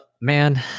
man